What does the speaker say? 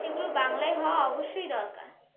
সেগুলো বাংলায় হওয়া অবশ্যই দরকার